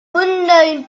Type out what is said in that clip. unknown